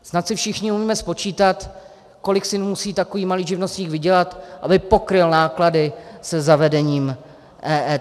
Snad si všichni umíme spočítat, kolik si musí takový malý živnostník vydělat, aby pokryl náklady se zavedením EET.